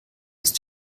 ist